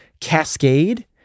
cascade